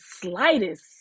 slightest